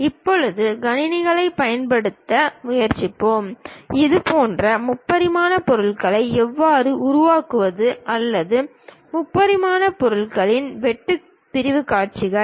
இப்போது கணினிகளைப் பயன்படுத்த முயற்சிப்போம் இதுபோன்ற முப்பரிமாண பொருள்களை எவ்வாறு உருவாக்குவது அல்லது முப்பரிமாண பொருள்களின் வெட்டு பிரிவுக் காட்சிகள்